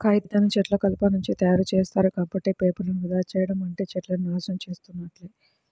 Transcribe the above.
కాగితాన్ని చెట్ల కలపనుంచి తయ్యారుజేత్తారు, కాబట్టి పేపర్లను వృధా చెయ్యడం అంటే చెట్లను నాశనం చేసున్నట్లే